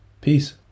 Peace